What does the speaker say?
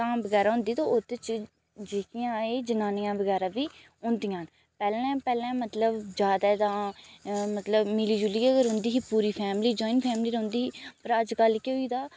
धाम बगैरा हुंदी ते ओह्दे च जेह्कियां एह् जनानियां बगैरा बी होंदियां न पैह्लें पैह्लें मतलब ज्यादा जां मतलब मिली जुलियै गै रौंह्दी ही पूरी फैमली जायन फैमली रौंह्दी हा पर अज्जकल केह् होई गेदा